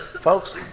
folks